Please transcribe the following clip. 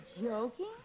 joking